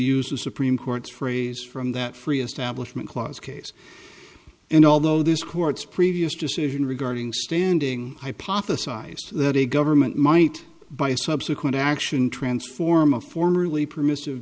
use the supreme court's phrase from that free establishment clause case and although this court's previous decision regarding standing hypothesized that a government might by a subsequent action transform a formerly permissive